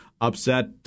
upset